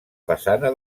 façana